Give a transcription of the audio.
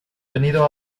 venido